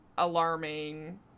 alarming